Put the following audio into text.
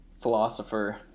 philosopher